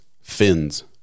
fins